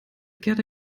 gerda